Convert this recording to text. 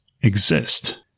exist